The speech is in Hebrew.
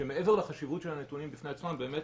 שמעבר לחשיבות של הנתונים בפני עצמם באמת